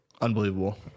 Unbelievable